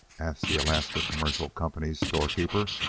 asked the alaska commercial company's storekeeper.